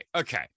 Okay